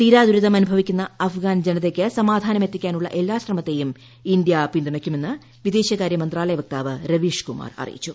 തീരാദുരിതം അനുഭവിക്കുന്ന അഫ്ഗാൻ ജനതയ്ക്ക് സമാധാനം എത്തിക്കാനുള്ള എല്ലാ ശ്രമത്തേയും ഇന്തൃ പിന്തുണയ്ക്കുമെന്ന് വിദേശകാരൃ മന്ത്രാലയ വക്താവ് രവിഷ്കുമാർ അറിയിച്ചു